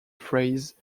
phrase